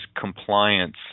compliance